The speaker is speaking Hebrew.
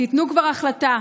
תיתנו כבר החלטה,